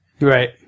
Right